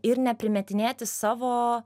ir neprimetinėti savo